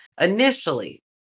Initially